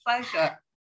pleasure